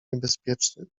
niebezpieczny